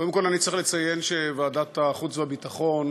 קודם כול אני צריך לציין שוועדת החוץ והביטחון